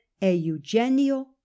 Eugenio